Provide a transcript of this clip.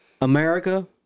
america